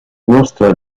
mostra